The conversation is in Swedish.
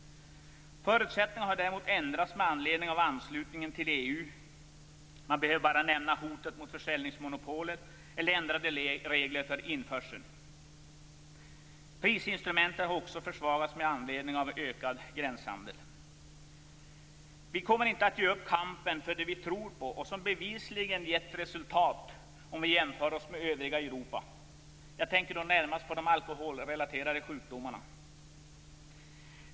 Förutsättningarna har däremot ändrats med anledning av anslutningen till EU. Jag behöver bara nämna hotet mot försäljningsmonopolet och ändrade regler för införsel. Prisinstrumentet har också försvagats på grund av ökad gränshandel. Vi kommer inte att ge upp kampen för det vi tror på, som bevisligen gett resultat om vi jämför oss med övriga Europa. Jag tänker då närmast på de alkoholrelaterade sjukdomarna.